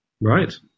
Right